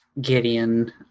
Gideon